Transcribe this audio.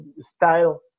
style